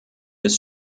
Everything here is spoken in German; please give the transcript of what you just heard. ist